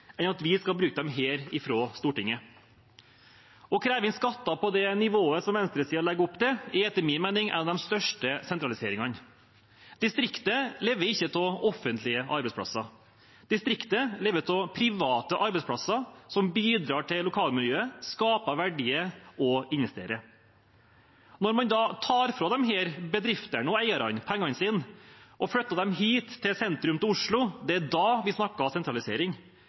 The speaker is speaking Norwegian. enn at vi skal bruke dem her fra Stortinget. Å kreve inn skatter på det nivået venstresiden legger opp til, er etter min mening en av de største sentraliseringene. Distriktet lever ikke av offentlige arbeidsplasser. Distriktet lever av private arbeidsplasser, som bidrar til lokalmiljøet, skaper verdier og investerer. Når man da tar fra disse bedriftene og eierne pengene deres og flytter dem hit, til sentrum av Oslo – det er da vi snakker om sentralisering.